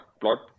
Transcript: plot